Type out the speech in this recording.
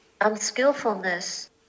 unskillfulness